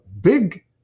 big